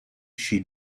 she